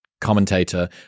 commentator